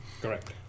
Correct